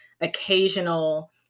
occasional